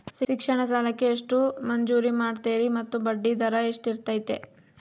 ಶಿಕ್ಷಣ ಸಾಲಕ್ಕೆ ಎಷ್ಟು ಮಂಜೂರು ಮಾಡ್ತೇರಿ ಮತ್ತು ಬಡ್ಡಿದರ ಎಷ್ಟಿರ್ತೈತೆ?